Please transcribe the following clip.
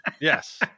Yes